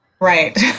Right